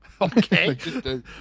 okay